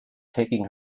taking